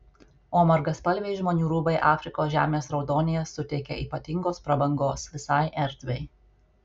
o margaspalviai žmonių rūbai afrikos žemės raudonyje suteikia ypatingos prabangos visai erdvei